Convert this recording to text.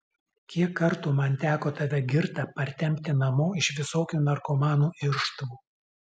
kiek kartų man teko tave girtą partempti namo iš visokių narkomanų irštvų